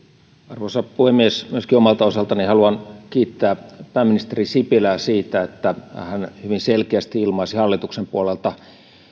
arvoisa puhemies myöskin omalta osaltani haluan kiittää pääministeri sipilää siitä että hän hyvin selkeästi ilmaisi hallituksen puolelta